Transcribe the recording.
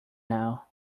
now